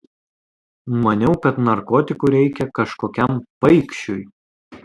numaniau kad narkotikų reikia kažkokiam paikšiui